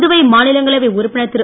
புதுவை மாநிலங்களவை உறுப்பினர் திரு